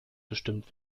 bestimmt